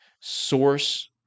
source